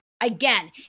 again